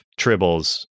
tribbles